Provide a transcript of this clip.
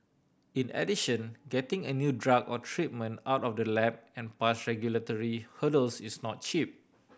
in addition getting a new drug or treatment out of the lab and past regulatory hurdles is not cheap